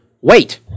wait